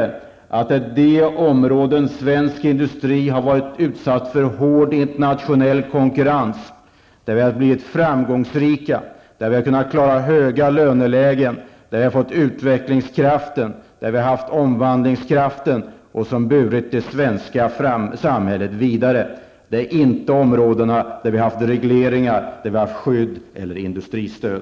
notera att de områden inom svensk industri som har varit utsatta för hård internationell konkurrens, där vi har blivit framgångsrika, där vi har kunnat klara höga lönelägen, där vi har fått utvecklingskraften och där vi har haft omvandlingskraften som har burit det svenska samhället vidare inte är områden där vi har haft regleringar, skydd eller industristöd.